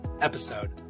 episode